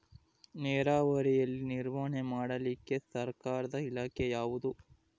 ನೇರಾವರಿಯಲ್ಲಿ ನಿರ್ವಹಣೆ ಮಾಡಲಿಕ್ಕೆ ಸರ್ಕಾರದ ಇಲಾಖೆ ಯಾವುದು?